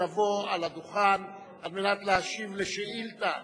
ולעלות על הדוכן על מנת להשיב על שאילתא